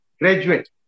graduate